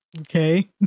Okay